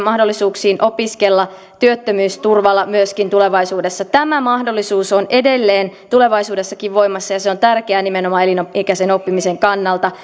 mahdollisuuksiin opiskella työttömyysturvalla myöskin tulevaisuudessa tämä mahdollisuus on edelleen tulevaisuudessakin voimassa ja se on tärkeää nimenomaan elinikäisen oppimisen kannalta